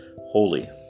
holy